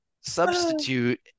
substitute